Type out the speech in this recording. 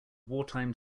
wartime